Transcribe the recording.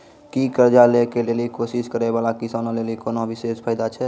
कि कर्जा लै के लेली कोशिश करै बाला किसानो लेली कोनो विशेष फायदा छै?